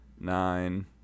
nine